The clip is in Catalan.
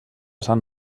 sant